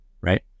right